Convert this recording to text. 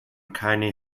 keine